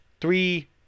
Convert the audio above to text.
three